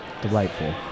delightful